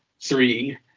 three